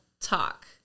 talk